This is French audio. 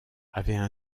avaient